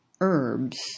herbs